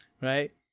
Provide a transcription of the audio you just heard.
Right